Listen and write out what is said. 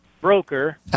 broker